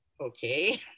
okay